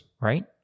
Right